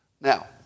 Now